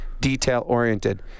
detail-oriented